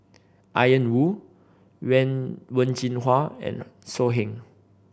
Ian Woo Wen Jinhua and So Heng